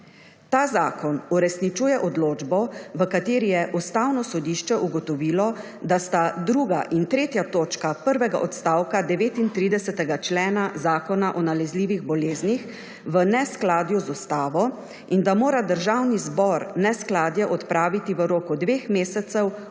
Ta zakon uresničuje odločbo, v kateri je Ustavno sodišče ugotovilo, da sta druga in tretja točka prvega odstavka 39. člena Zakona o nalezljivih boleznih v neskladju z Ustavo, in da mora Državni zbor neskladje odpraviti v roku dveh mesecev